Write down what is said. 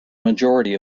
majority